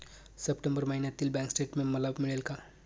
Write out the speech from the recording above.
September महिन्यातील bank statement मला मिळेल का?